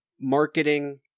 marketing